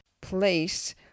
place